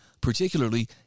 particularly